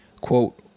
quote